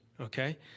okay